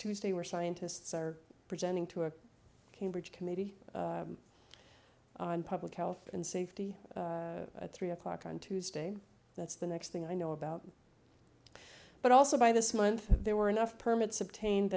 tuesday where scientists are presenting to a cambridge committee on public health and safety at three o'clock on tuesday that's the next thing i know about but also by this month there were enough permits obtained